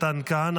מתן כהנא,